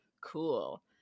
cool